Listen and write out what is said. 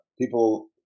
people